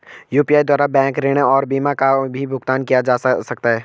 UPI द्वारा bank ऋण और बीमा का भी भुगतान किया जा सकता है?